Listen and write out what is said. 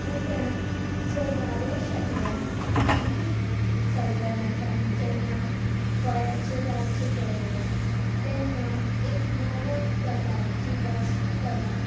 उपरांत चवदाव्या शेंकड्यान दिल्लीत सल्तनतान जेन्ना गोंयाचेर राज्य केलें तेन्ना एक नवो प्रकारची वास्तू कला